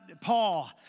Paul